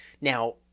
Now